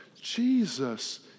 Jesus